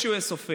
כשהוא יהיה סופר.